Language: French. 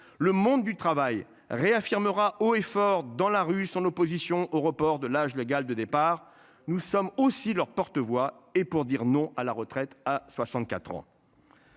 Le monde du travail réaffirmera haut et fort dans la rue son opposition au report de l'âge légal de départ. Nous sommes aussi leur porte-voix et pour dire non à la retraite à 64 ans.